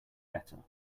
better